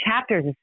chapters